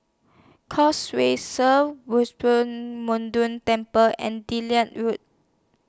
Causeway Sri Temple and Delhi Road